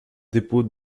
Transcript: dépôt